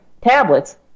tablets